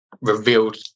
revealed